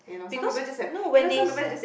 because no when they sell